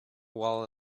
wall